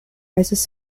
rises